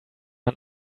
man